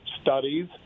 studies